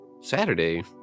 Saturday